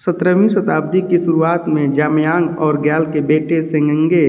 सत्तरहवीं शताब्दी की शुरुआत में जामयांग और ग्याल के बेटे सेंगगे